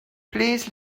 please